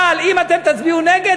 אבל אם אתם תצביעו נגד,